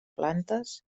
plantes